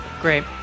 Great